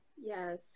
Yes